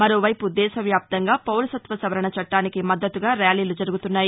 మరోవైపు దేశ వ్యాప్తంగా పౌరసత్వ సవరణ చట్టానికి మద్దతుగా ర్యాలీలు జరుగుతున్నాయి